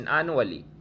annually